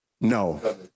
No